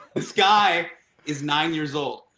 this guy is nine years old.